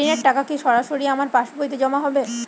ঋণের টাকা কি সরাসরি আমার পাসবইতে জমা হবে?